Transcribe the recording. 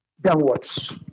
downwards